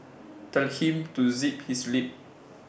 tell him to zip his lip